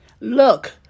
look